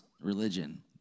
religion